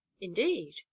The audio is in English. Indeed